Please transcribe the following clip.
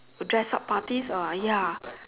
dress up parties ah ya